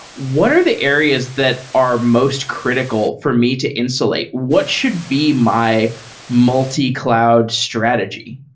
what are the areas that are most critical for me to insulate? what should be my multi cloud strategy?